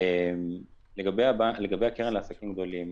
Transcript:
לגבי הקרן לעסקים גדולים,